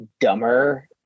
dumber